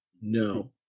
No